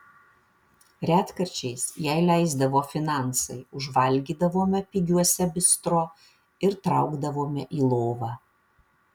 retkarčiais jei leisdavo finansai užvalgydavome pigiuose bistro ir traukdavome į lovą